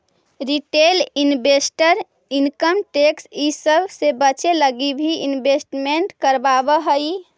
retail investor income tax इ सब से बचे लगी भी इन्वेस्टमेंट करवावऽ हई